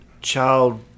child